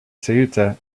ceuta